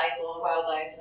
wildlife